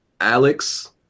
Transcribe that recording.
Alex